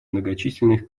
многочисленных